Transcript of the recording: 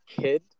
kid